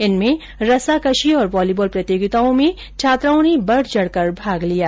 इनमें रस्सा कशी और वॉलीबॉल प्रतियोगिता में छात्राओं ने बढचढकर भाग लिया